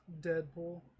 Deadpool